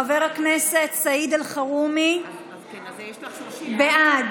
חבר הכנסת סעיד אלחרומי, בעד.